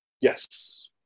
Yes